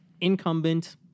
incumbent